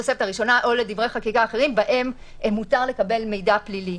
לתוספת הראשונה או לדברי חקיקה אחרים שבהם מותר לקבל מידע פלילי.